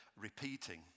repeating